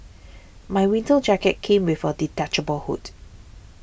my winter jacket came with a detachable hood